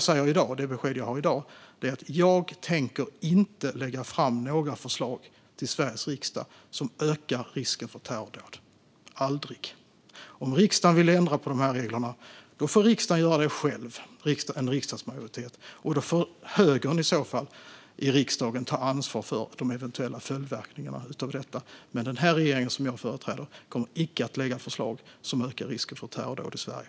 Det besked jag har i dag är att jag inte tänker lägga fram några förslag till Sveriges riksdag som ökar risken för terrordåd. Aldrig! Om en riksdagsmajoritet vill ändra på dessa regler får de göra det själva. I så fall får högern i riksdagen ta ansvar för de eventuella följdverkningarna av det. Men den regering som jag företräder kommer icke att lägga fram förslag som ökar risken för terrordåd i Sverige.